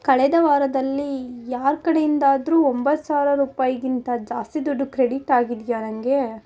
ಕಳೆದ ವಾರದಲ್ಲಿ ಯಾರ ಕಡೆಯಿಂದಾದರೂ ಒಂಬತ್ತು ಸಾವಿರ ರೂಪಾಯಿಗಿಂತ ಜಾಸ್ತಿ ದುಡ್ಡು ಕ್ರೆಡಿಟ್ ಆಗಿದೆಯಾ ನನಗೆ